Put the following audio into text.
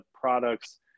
products